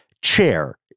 Chair